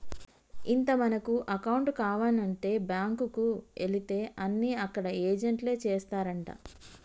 ఇంత మనకు అకౌంట్ కావానంటే బాంకుకు ఎలితే అన్ని అక్కడ ఏజెంట్లే చేస్తారంటా